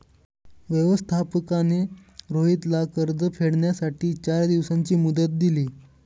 व्यवस्थापकाने रोहितला कर्ज फेडण्यासाठी चार दिवसांची मुदत दिली